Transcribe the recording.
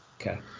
okay